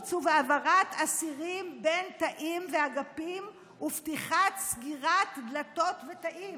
בשיבוץ ובהעברת אסירים בין תאים ואגפים ופתיחה וסגירה של דלתות ותאים.